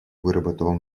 выработал